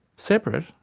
separate?